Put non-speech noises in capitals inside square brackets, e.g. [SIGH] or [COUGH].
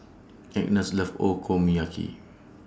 Agnes loves [UNINTELLIGIBLE]